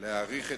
להאריך את